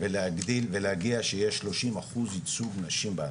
ולגדיל ולהגיע שיהיה שלושים אחוז ייצוג נשים בהנהלה.